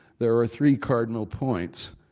there are three cardinal points.